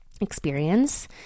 experience